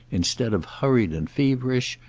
instead of hurried and feverish,